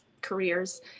careers